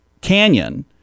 canyon